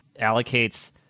allocates